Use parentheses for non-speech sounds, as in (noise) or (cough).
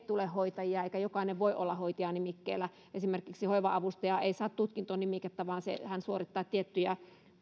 (unintelligible) tule hoitajia eikä jokainen voi olla hoitaja nimikkeellä esimerkiksi hoiva avustaja ei saa tutkintonimikettä vaan hän suorittaa tiettyjä